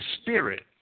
spirit